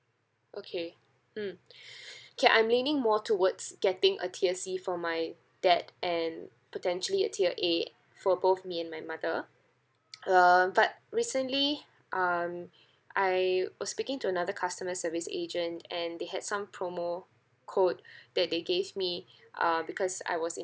okay mm okay I'm leaning more towards getting a tier C for my dad and potentially a tier A for both me and my mother um but recently um I was speaking to another customer service agent and they had some promo code that they gave me uh because I was